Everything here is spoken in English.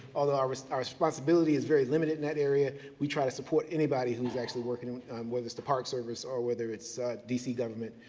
although our responsibility is very limited in that area. we try to support anybody who's actually working on um whether it's the park service or whether it's dc government.